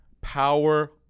power